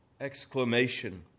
exclamation